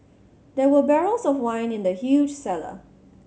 there were barrels of wine in the huge cellar